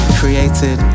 created